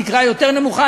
תקרה יותר נמוכה,